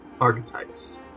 Archetypes